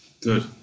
Good